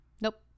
Nope